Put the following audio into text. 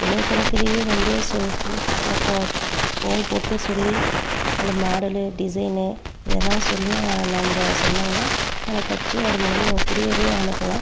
இணையத்தளத்துலயே வந்து சோ போ ஃபோன் போட்டு சொல்லி அந்த மாடலு டிசைனு இதெல்லாம் சொல்லி நம்ம சொன்னாங்கன்னா நம்ம தைச்சி அதன் மூலமாக நம்ம கொரியரே அனுப்பலாம்